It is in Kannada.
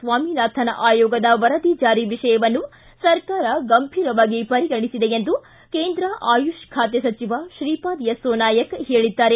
ಸ್ವಾಮಿನಾಥನ್ ಆಯೋಗದ ವರದಿ ಜಾರಿ ವಿಷಯವನ್ನು ಸರ್ಕಾರ ಗಂಭೀರವಾಗಿ ಪರಿಗಣಿಸಿದೆ ಎಂದು ಕೇಂದ್ರ ಆಯುಷ್ ಖಾತೆ ಸಚಿವ ಶ್ರೀಪಾದ್ ಯಸ್ತೊ ನಾಯಕ್ ಹೇಳಿದ್ದಾರೆ